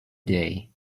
day